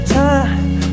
time